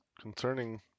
concerning